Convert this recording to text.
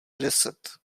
deset